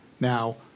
Now